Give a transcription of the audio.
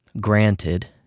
granted